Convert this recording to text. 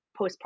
postpartum